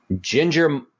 Ginger